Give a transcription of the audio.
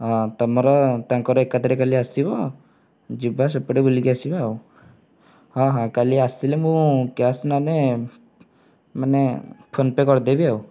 ହଁ ତମର ତାଙ୍କର ଏକାଥରେ କାଲି ଆସିବ ଯିବା ସେପଟେ ବୁଲିକି ଆସିବା ଆଉ ହଁ ହଁ କାଲି ଆସିଲେ ମୁଁ କ୍ୟାଶ୍ ନହେନେ ମାନେ ଫୋନ୍ପେ କରିଦେବି ଆଉ